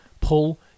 pull